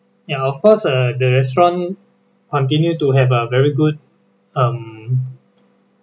ya of course uh the restaurant continue to have a very good um